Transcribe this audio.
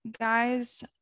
guys